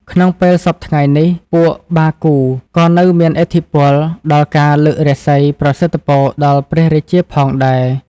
ក្នុងពេលសព្វថ្ងៃនេះ ពួកបារគូក៏នៅមានឥទ្ធិពល ដល់ការលើករាសីប្រសិទ្ធពរដល់ព្រះរាជាផងដែរ។